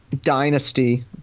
dynasty